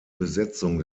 besetzung